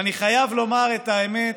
ואני חייב לומר את האמת,